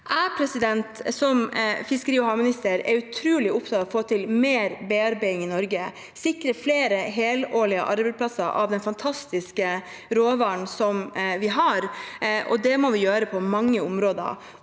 er utrolig opptatt av å få til mer bearbeiding i Norge og sikre flere helårige arbeidsplasser av den fantastiske råvaren som vi har, og det må vi gjøre på mange områder.